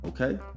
okay